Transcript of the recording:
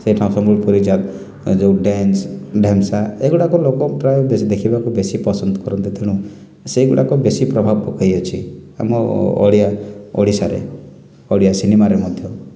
ସେଟା ସମ୍ବଲପୁରୀ ଯେଉଁ ଡ୍ୟାନ୍ସ ଢେମ୍ସା ଏଗୁଡ଼ାକ ଲୋକ ପ୍ରାୟ ଦେଖିବାକୁ ବେଶୀ ପସନ୍ଦ କରନ୍ତି ତେଣୁ ସେହିଗୁଡ଼ାକ ବେଶୀ ପ୍ରଭାବ ପକାଇଅଛି ଆମ ଓଡ଼ିଆ ଓଡ଼ିଶାରେ ଓଡ଼ିଆ ସିନେମାରେ ମଧ୍ୟ